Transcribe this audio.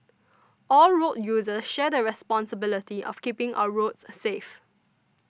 all road users share the responsibility of keeping our roads safe